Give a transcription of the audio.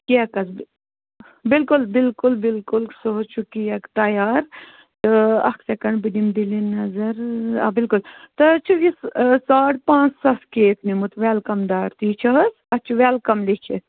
cakes بِلکُل بِلکُل سُہ حظ چھُ کیک تیار تہٕ اَکھ سٮ۪کنڈ بہٕ دِمہٕ بِلہِ نظر آ بِلکُل تۄہہِ حظ چھُو یہِ ساڑ پانٛژھ ساس کیک نِمُت ویلکم دار تی چھُ حظ اَتھ چھُ ویلکم لٮ۪کِتھ